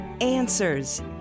answers